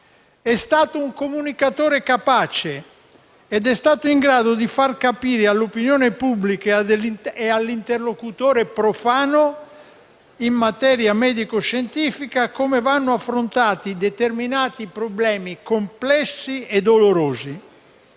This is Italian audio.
È stato un comunicatore capace ed è stato in grado di far capire all'opinione pubblica e all'interlocutore profano in materia medico-scientifica come vanno affrontati determinati problemi complessi e dolorosi.